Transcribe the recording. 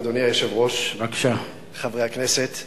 אדוני היושב-ראש, חברי הכנסת,